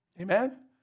Amen